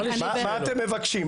מה אתם מבקשים?